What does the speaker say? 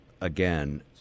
again